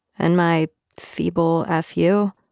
and my feeble f u,